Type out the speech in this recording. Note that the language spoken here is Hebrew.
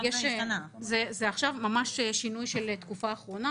עכשיו זה ממש שינוי של התקופה האחרונה